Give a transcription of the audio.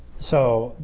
so,